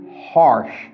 harsh